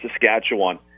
Saskatchewan